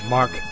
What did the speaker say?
Mark